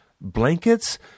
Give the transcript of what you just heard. Blankets